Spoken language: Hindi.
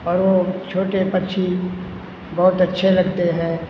और वो छोटे पक्षी बहुत अच्छे लगते हैं